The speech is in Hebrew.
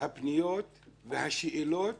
הפניות והשאלות